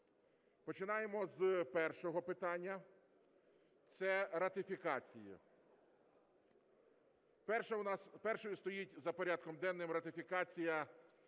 Починаємо з першого питання - це ратифікації. Першою стоїть за порядком денним ратифікація -